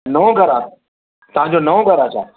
नओं घरु आ तांजो नओं घरु आ छा